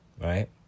right